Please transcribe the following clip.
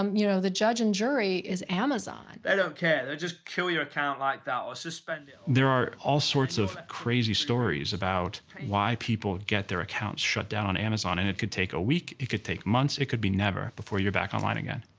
um you know, the judge and jury is amazon. they don't care, they'll just kill your account like that or ah suspend it. there are all sorts of crazy stories about why people get their accounts shut down on amazon. and it could take a week, it could take months, it could be never before you're back online again.